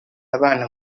abana